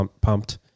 pumped